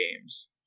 games